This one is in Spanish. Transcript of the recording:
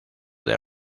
del